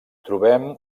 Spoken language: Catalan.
trobem